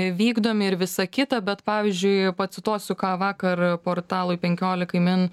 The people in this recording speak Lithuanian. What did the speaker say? vykdomi ir visa kita bet pavyzdžiui pacituosiu ką vakar portalui penkiolikai min